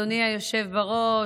אדוני היושב-ראש,